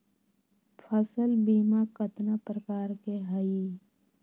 फसल बीमा कतना प्रकार के हई?